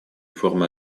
формы